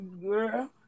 girl